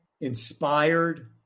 inspired